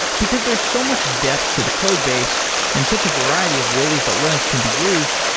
because there's so much depth to the code base and such a variety of ways that linux can be used.